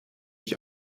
ich